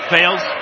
Fails